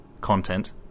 content